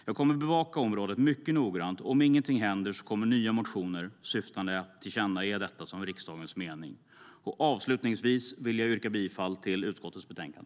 Jag kommer att bevaka området mycket noggrant, och om ingenting händer så kommer nya motioner, syftande till att tillkännage detta som riksdagens mening. Avslutningsvis vill jag yrka bifall till utskottets förslag.